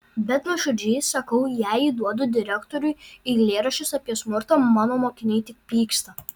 bet nuoširdžiai sakau jei įduodu direktoriui eilėraščius apie smurtą mano mokiniai tik pyksta